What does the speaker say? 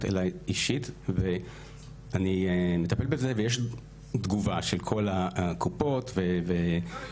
אליי אישית ואני מטפל בזה ויש תגובה של כל קופות החולים,